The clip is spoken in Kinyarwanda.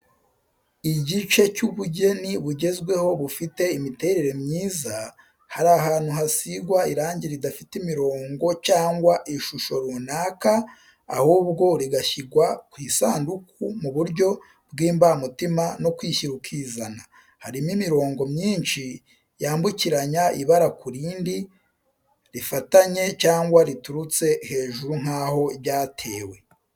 Igice cy’ubugeni bugezweho bufite imiterere myiza, hari ahantu hasigwa irangi ridafite imirongo cyangwa ishusho runaka, ahubwo rigashyirwa ku isanduku mu buryo bw’imbamutima no kwishyira ukizana. Harimo imirongo myinshi yambukiranya ibara ku rindi, rifatanye cyangwa riturutse hejuru nk’aho ryatewe.